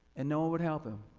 and no one would help him.